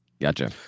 gotcha